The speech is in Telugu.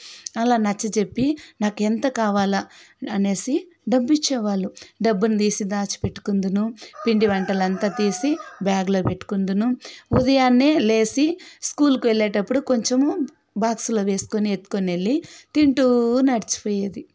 అలా నచ్చ చెప్పి నాకు ఎంత కావాలా అనేసి డబ్బిచ్చేవాళ్ళు డబ్బుని తీసుకుని దాచిపెట్టుకుందును పిండి వంటలంతా తీసి బ్యాగులో పెట్టుకుందును ఉదయాన్నేలేచి స్కూల్కి వెళ్ళేటప్పుడు కొంచెము బాక్స్లో పెట్టుకొని ఎత్తుకొని వెళ్లి తింటూ నడిచి పోయేది